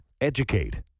educate